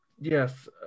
Yes